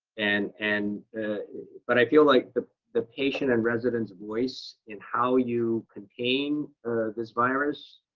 and and but i feel like the the patient and residents' voice in how you contain this virus,